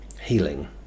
healing